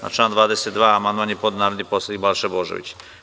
Na član 22. amandman je podneo narodni poslanik Balša Božović.